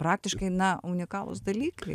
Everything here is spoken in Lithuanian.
praktiškai na unikalūs dalykai